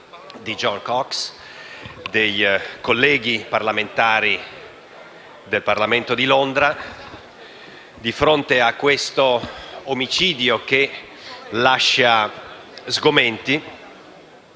di Jo Cox e dei colleghi del Parlamento di Londra di fronte a questo omicidio che lascia sgomenti.